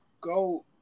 Go